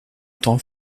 temps